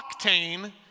octane